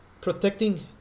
protecting